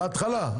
בהתחלה.